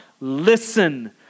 listen